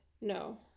No